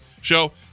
Show